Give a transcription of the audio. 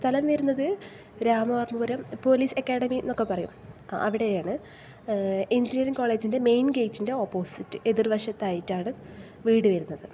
സ്ഥലം വരുന്നത് Ramavarmapuram police academy എന്നൊക്കെ പറയും അവിടെയാണ് എഞ്ചിനിയറിങ്ങ് കോളേജിന്റെ മെയിൻ ഗേറ്റിൻ്റെ ഓപ്പോസിറ്റ് എതിർ വശത്തായിട്ടാണ് വീട് വരുന്നത്